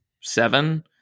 seven